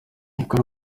ikora